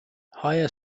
higher